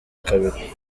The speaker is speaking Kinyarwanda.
kabiri